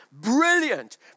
brilliant